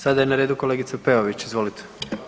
Sada je na redu kolegica Peović, izvolite.